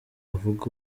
avuga